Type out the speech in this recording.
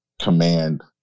command